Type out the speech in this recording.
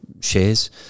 shares